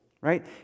right